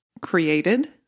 created